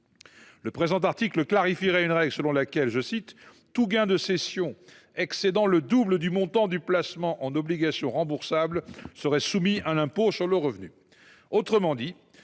Le présent article clarifierait une règle selon laquelle « tout gain de cession excédant le double du montant du placement en obligations remboursables serait soumis à l’impôt sur le revenu ».